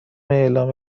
اعلام